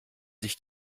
sich